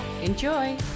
Enjoy